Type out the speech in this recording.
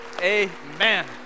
Amen